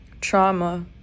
trauma